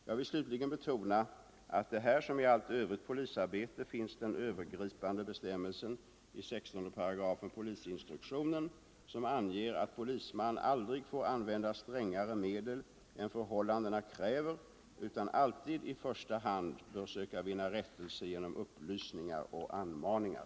Jag vill slutligen betona att det här som i allt övrigt polisarbete finns den övergripande bestämmelsen i 16 § polisinstruktionen som anger, att polisman aldrig får använda strängare medel än förhållandena kräver, utan alltid i första hand bör söka vinna rättelse genom upplysningar och anmaningar.